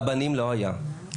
בבנים לא היה,